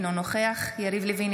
אינו נוכח יריב לוין,